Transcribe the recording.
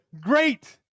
great